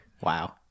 wow